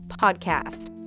Podcast